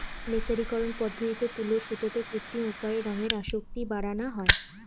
মের্সারিকরন পদ্ধতিতে তুলোর সুতোতে কৃত্রিম উপায়ে রঙের আসক্তি বাড়ানা হয়